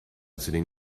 sitting